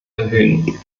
erhöhen